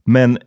Men